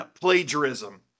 plagiarism